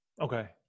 Okay